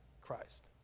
Christ